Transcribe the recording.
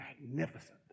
magnificent